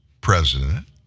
president